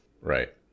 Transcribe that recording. Right